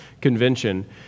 Convention